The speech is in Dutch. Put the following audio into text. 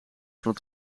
van